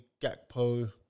Gakpo